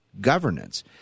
governance